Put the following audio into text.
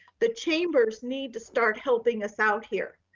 the chambers need to start helping us out here.